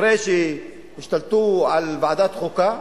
אחרי שהשתלטו על ועדת חוקה,